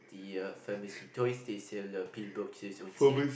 the uh pharmacy toys they sell uh on sale